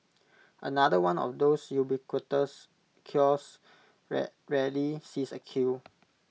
another one of those ubiquitous kiosks that rarely sees A queue